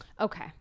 okay